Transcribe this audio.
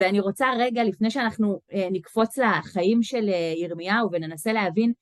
ואני רוצה רגע, לפני שאנחנו נקפוץ לחיים של ירמיהו וננסה להבין...